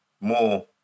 more